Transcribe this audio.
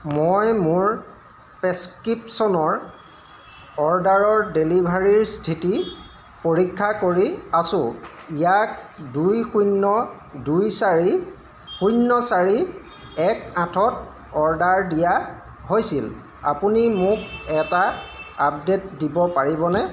মই মোৰ প্ৰেছক্ৰিপশ্যনৰ অৰ্ডাৰৰ ডেলিভাৰীৰ স্থিতি পৰীক্ষা কৰি আছোঁ ইয়াক দুই শূন্য দুই চাৰি শূন্য চাৰি এক আঠত অৰ্ডাৰ দিয়া হৈছিল আপুনি মোক এটা আপডে'ট দিব পাৰিবনে